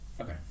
Okay